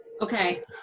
Okay